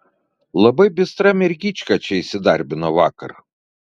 labai bistra mergyčka čia įsidarbino vakar